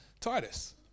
Titus